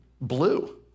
blue